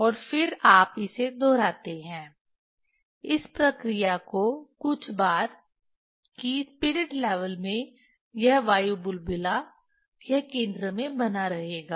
और फिर आप इसे दोहराते हैं इस प्रक्रिया को कुछ बार कि स्पिरिट लेवल में यह वायु बुलबुला यह केंद्र में बना रहेगा